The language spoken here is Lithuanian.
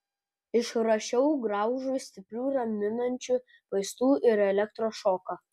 išrašiau graužui stiprių raminančių vaistų ir elektros šoką